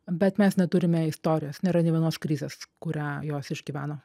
bet mes neturime istorijos nėra nei vienos krizės kurią jos išgyveno